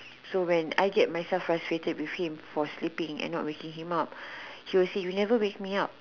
so when I get myself frustrated with him for sleeping and not waking him up he'll say you never wake me up